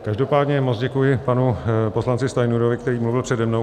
Každopádně moc děkuji panu poslanci Stanjurovi, který mluvil přede mnou.